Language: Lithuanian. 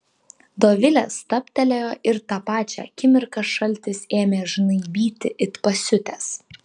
dovilė stabtelėjo ir tą pačią akimirką šaltis ėmė žnaibyti it pasiutęs